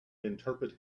interpret